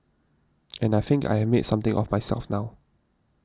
and I think I have made something of myself now